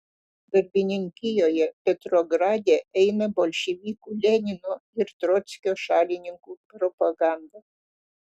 darbininkijoje petrograde eina bolševikų lenino ir trockio šalininkų propaganda